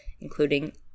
including